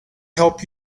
help